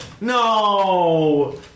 No